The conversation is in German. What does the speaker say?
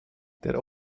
der